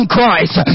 Christ